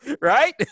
Right